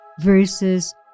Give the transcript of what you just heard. verses